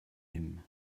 him